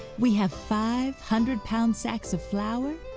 we have five hundred-pound sacks of flour,